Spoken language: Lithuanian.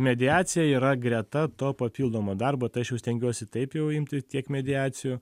mediacija yra greta to papildomo darbo tai aš jau stengiuosi taip jau imti tiek mediacijų